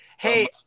Hey